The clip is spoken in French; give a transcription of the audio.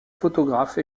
photographe